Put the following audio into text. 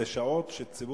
אלה שעות שעם